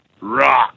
Rock